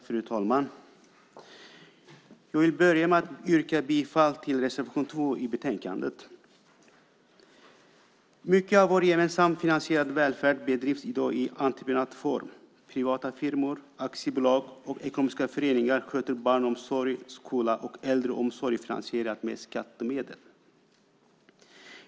Fru talman! Jag vill börja med att yrka bifall till reservation 2 i betänkandet. Mycket av vår gemensamt finansierade välfärd bedrivs i dag i entreprenadform. Privata firmor, aktiebolag och ekonomiska föreningar sköter barnomsorg, skola och äldreomsorg finansierad med skattemedel.